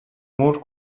mur